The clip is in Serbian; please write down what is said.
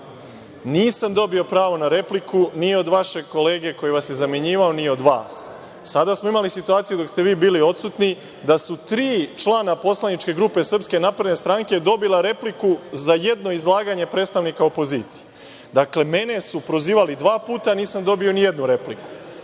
Nisam dobio pravo na repliku ni od vašeg kolege koji vas zamenjivao, ni od vas. Sada smo imali situaciju dok ste vi bili odsutni da su tri člana poslaničke grupe SNS dobila repliku za jedno izlaganje predstavnika opozicije. Dakle, mene su prozivali dva puta, a nisam dobio nijednu repliku.